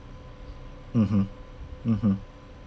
mmhmm mmhmm